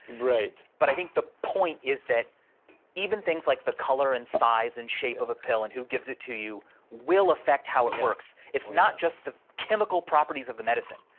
right. but i think the point is that even things like the color and size and shape of a pill and who gives it to you will affect how it works. it's not just the chemical properties of the medicine,